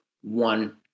one